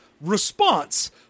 response